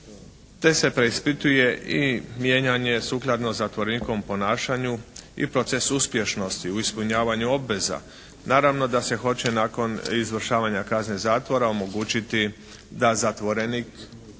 te se preispituje i mijenjanje sukladno zatvorenikovom ponašanju i proces uspješnosti u ispunjavanju obveza. Naravno da se hoće nakon izvršavanja kazne zatvora omogućiti da zatvorenik